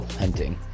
hunting